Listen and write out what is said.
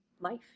life